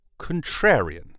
contrarian